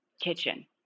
kitchen